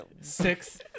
six